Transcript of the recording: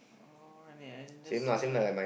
uh and they just see lah any